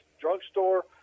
drugstore